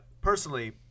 personally